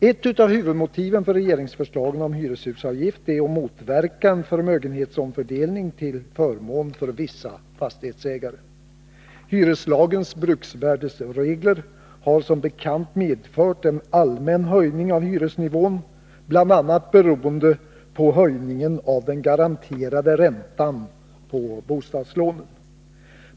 Ett av huvudmotiven för regeringsförslaget om hyreshusavgift är att motverka en förmögenhetsomfördelning till förmån för vissa fastighetsägare. Hyreslagens bruksvärdesregler har som bekant medfört en allmän höjning av hyresnivån, bl.a. beroende på höjningen av den garanterade räntan på 117 bostadslånen.